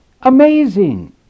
amazing